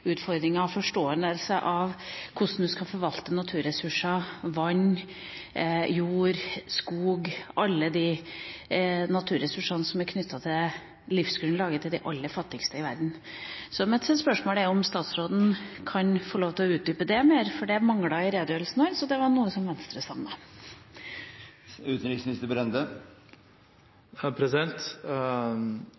av hvordan man skal forvalte naturressurser som vann, jord og skog – alle de naturressursene som er knyttet til livsgrunnlaget til de aller fattigste i verden. Mitt spørsmål er om statsråden kan utdype det mer, for det manglet i redegjørelsen hans, og det var noe som Venstre